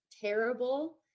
terrible